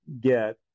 get